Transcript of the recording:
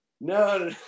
No